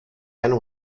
and